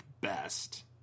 best